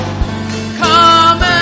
Come